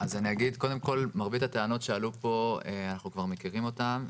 אז אני אגיד שמרבית הטענות שעלו פה אנחנו מכירים אותן,